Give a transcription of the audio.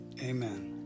Amen